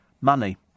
money